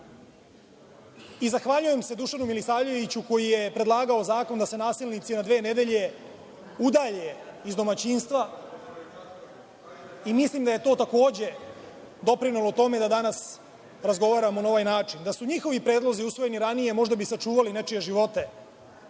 i zahvaljujem se Dušanu Milisavljeviću koji je predlagao zakon da se nasilnici na dve nedelje udalje iz domaćinstva i mislim da je to takođe doprinelo tome da danas razgovaramo na ovaj način. Da su njihovi predlozi usvojeni ranije možda bi sačuvali nečije živote.